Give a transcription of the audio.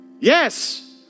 Yes